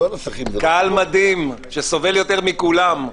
קהל מדהים, שסובל יותר מכולם.